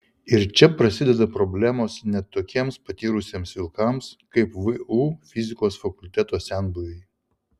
ir čia prasideda problemos net tokiems patyrusiems vilkams kaip vu fizikos fakulteto senbuviai